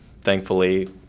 thankfully